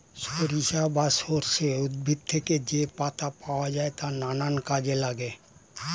সরিষা বা সর্ষে উদ্ভিদ থেকে যে পাতা পাওয়া যায় তা নানা কাজে লাগে